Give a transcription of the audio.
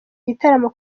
gitaramo